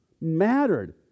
mattered